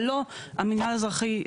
אבל לא המינהל האזרחי.